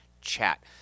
chat